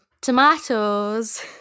tomatoes